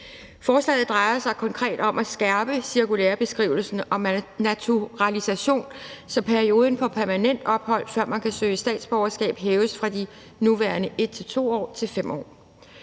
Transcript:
Forslaget drejer sig konkret om at skærpe cirkulæreskrivelsen om naturalisation, så perioden for permanent ophold, før man kan søge statsborgerskab, hæves fra de nuværende 1-2 år til 5 år.